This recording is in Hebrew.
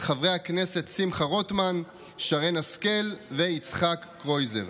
של חברי הכנסת שמחה רוטמן, שרן השכל ויצחק קרויזר.